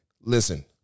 listen